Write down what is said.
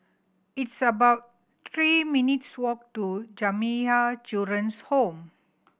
it's about three minutes' walk to Jamiyah Children's Home